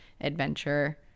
adventure